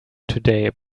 today